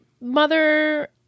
mother